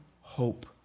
hope